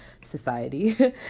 society